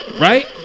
right